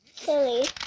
silly